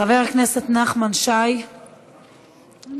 חבר הכנסת נחמן שי, בבקשה.